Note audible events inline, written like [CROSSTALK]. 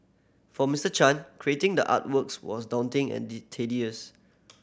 for Mister Chan creating the artworks was daunting and [UNINTELLIGIBLE] tedious